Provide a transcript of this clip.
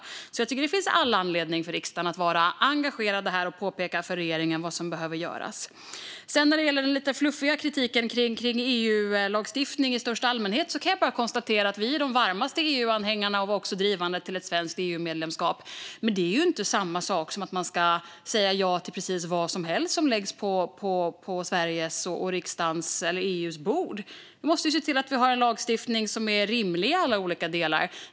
Jag tycker alltså att det finns all anledning för riksdagen att vara engagerad och påpeka för regeringen vad som behöver göras. När det gäller den lite fluffiga kritiken kring EU-lagstiftning i största allmänhet kan jag bara konstatera att vi är de varmaste EU-anhängarna. Vi var också drivande för ett svenskt EU-medlemskap. Men det är inte samma sak som att man ska säga ja till precis vad som helst som läggs på Sveriges och riksdagens eller EU:s bord. Vi måste se till att vi har en lagstiftning som är rimlig i alla olika delar.